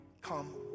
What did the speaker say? come